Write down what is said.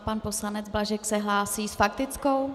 Pan poslanec Blažek se hlásí s faktickou?